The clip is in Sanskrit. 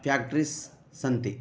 फ्यक्ट्रीस् सन्ति